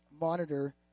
monitor